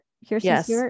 Yes